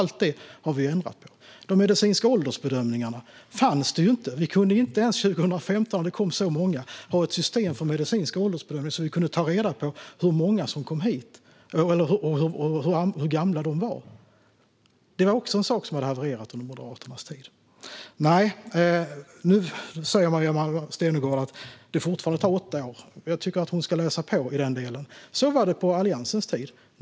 Allt det har vi ändrat på. De medicinska åldersbedömningarna fanns inte. När det kom så många 2015 hade vi ens ett system för medicinsk åldersbedömning så att vi kunde ta reda på hur gamla de som kom hit var. Det var också en sak som hade havererat under Moderaternas tid. Maria Malmer Stenergard säger att det fortfarande tar åtta år. Jag tycker att hon ska läsa på. Så var det på Alliansens tid.